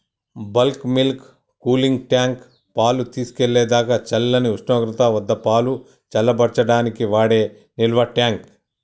bulk milk cooling tank, పాలు తీసుకెళ్ళేదాకా చల్లని ఉష్ణోగ్రత వద్దపాలు చల్లబర్చడానికి వాడే నిల్వట్యాంక్